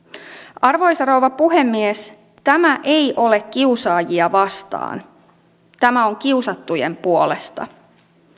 arvoisa rouva puhemies tämä ei ole kiusaajia vastaan tämä on kiusattujen puolesta